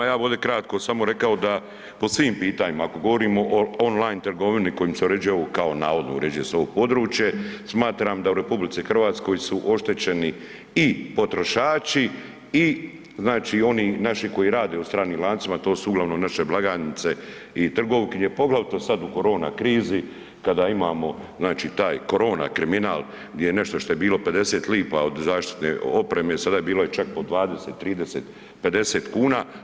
Ja bi ovde kratko samo rekao da, po svim pitanjima, ako govorimo o on line trgovini kojim se uređuje ovo kao navodno uređuje se ovo područje, smatram da u RH su oštećeni i potrošači i znači oni naši koji rade u stranim lancima, to su uglavnom naše blagajnice i trgovkinje, poglavito sad u korona krizi kada imamo znači taj korona kriminal gdje je nešto što je bilo 50 lipa od zaštite opreme sada je bilo čak i po 20, 30, 50 kuna.